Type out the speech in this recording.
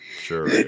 Sure